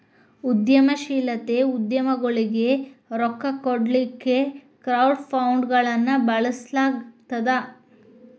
ಉದ್ಯಮಶೇಲತೆ ಉದ್ಯಮಗೊಳಿಗೆ ರೊಕ್ಕಾ ಕೊಡ್ಲಿಕ್ಕೆ ಕ್ರೌಡ್ ಫಂಡ್ಗಳನ್ನ ಬಳಸ್ಲಾಗ್ತದ